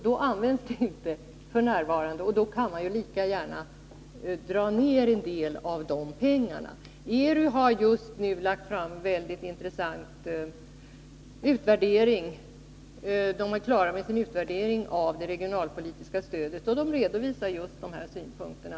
F. n. används det därför inte, och då kan vi lika gärna dra ned en del när det gäller dessa pengar. ERU är nu klart med en mycket intressant utvärdering av det regionalpolitiska stödet, och där redovisas just de här synpunkterna.